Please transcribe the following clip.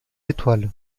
étoiles